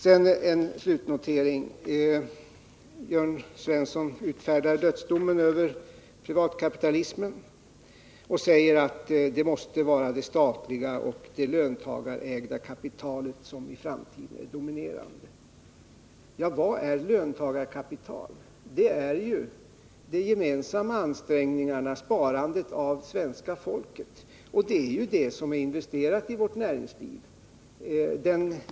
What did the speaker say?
Sedan en slutnotering: Jörn Svensson utfärdar dödsdomen över privatkapitalismen och säger att det måste vara det statliga och det löntagarägda kapitalet som i framtiden är dominerande. Men vad är löntagarkapitalet? Det är ju det svenska folkets gemensamma ansträngningar, dess sparande, och det är ju det som är investerat i vårt näringsliv.